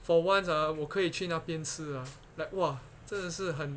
for once ah 我可以去那边吃啊 like !wah! 真的是很